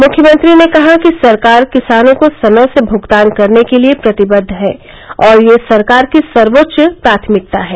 मुख्यमंत्री ने कहा कि सरकार किसानों को समय से भुगतान करने के लिए प्रतिबद्व है और यह सरकार की सर्वोच्च प्राथमिकता है